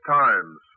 times